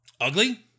Ugly